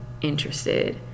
interested